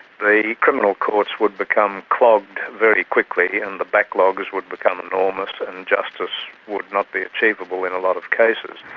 the criminal courts would become clogged very quickly, and the backlogs would become enormous and justice would not be achievable in a lot of cases.